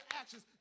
actions